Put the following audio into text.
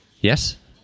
yes